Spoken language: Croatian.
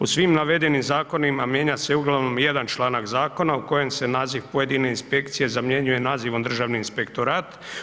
U svim navedenim zakonima mijenja se uglavnom jedan članak zakona u kojem se naziv pojedine inspekcije zamjenjuje nazivom Državni inspektorat.